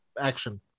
action